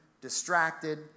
distracted